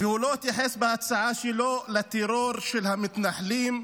והוא לא התייחס בהצעה שלו לטרור של המתנחלים,